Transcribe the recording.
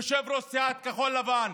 יושב-ראש סיעת כחול לבן,